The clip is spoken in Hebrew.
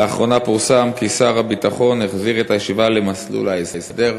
לאחרונה פורסם כי שר הביטחון החזיר את הישיבה למסלול ההסדר.